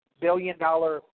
billion-dollar